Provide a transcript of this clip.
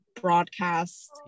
broadcast